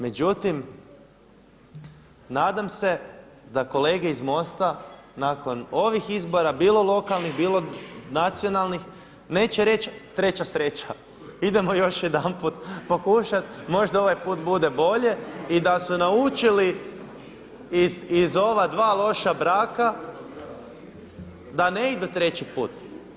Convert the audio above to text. Međutim nadam da kolege iz MOST-a nakon ovih izbora, bilo lokalnih, bilo nacionalnih neće reći treća sreća, idemo još jedanput pokušat, možda ovaj put bude bolje i da su naučili iz ova dva loša braka da ne ide treći put.